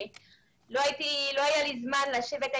לא היה לי זמן לשבת.